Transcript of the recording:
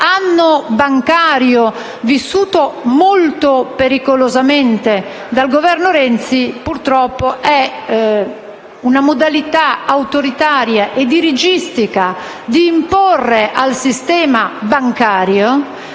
di questo anno bancario, vissuto molto pericolosamente dal Governo Renzi, è purtroppo una modalità autoritaria e dirigistica di imporre al sistema bancario